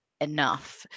enough